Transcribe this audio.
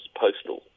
postal